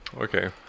Okay